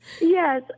Yes